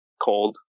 cold